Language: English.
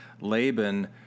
Laban